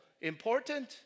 important